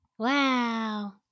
Wow